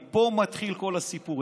מפה מתחיל כל הסיפור.